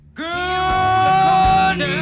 good